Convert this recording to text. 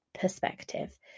perspective